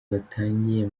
batangiye